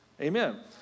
Amen